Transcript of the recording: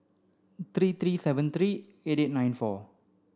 three three seven three eight eight nine four